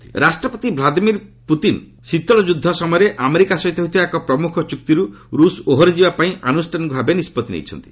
Russia arm treaty ରାଷ୍ଟ୍ରପତି Vladimir Putin ଶୀତଳ ଯୁଦ୍ଧ ସମୟରେ ଆମେରିକା ସହିତ ହୋଇଥିବା ଏକ ପ୍ରମୁଖ ଚୁକ୍ତିରୁ ରୁଷ୍ ଓହରିଯିବା ପାଇଁ ଆନୁଷ୍ଠାନିକ ଭାବେ ନିଷ୍ପତ୍ତି ନେଇଛନ୍ତି